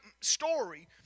story